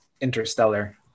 Interstellar